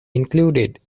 included